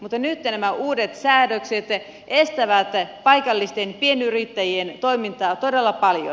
mutta nyt nämä uudet säädökset estävät paikallisten pienyrittäjien toimintaa todella paljon